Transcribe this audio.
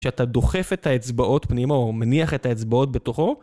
כשאתה דוחף את האצבעות פנימה או מניח את האצבעות בתוכו.